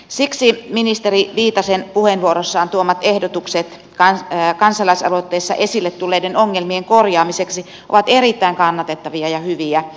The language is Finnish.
siksi ministeri viitasen puheenvuorossaan tuomat ehdotukset kansalaisaloitteessa esille tulleiden ongelmien korjaamiseksi ovat erittäin kannatettavia ja hyviä